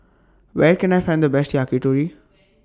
Where Can I Find The Best Yakitori